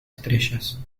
estrellas